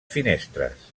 finestres